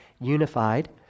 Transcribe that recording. unified